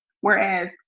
Whereas